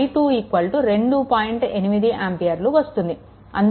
8 ఆంపియర్లు వస్తుంది